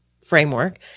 framework